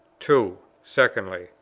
two. secondly,